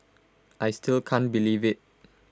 I still can't believe IT